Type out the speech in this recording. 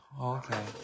okay